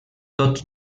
tots